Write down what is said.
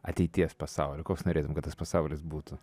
ateities pasaulio koks norėtum kad tas pasaulis būtų